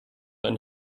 ein